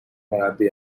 مربی